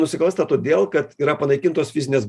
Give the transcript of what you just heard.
nusikalsta todėl kad yra panaikintos fizinės